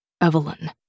Evelyn